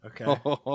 Okay